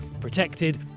protected